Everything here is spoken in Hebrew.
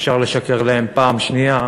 אפשר לשקר להם פעם שנייה.